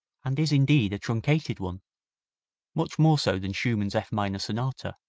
and is indeed a truncated one much more so than schumann's f minor sonata,